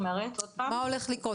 מה הולך לקרות?